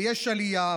ויש עלייה,